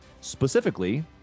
specifically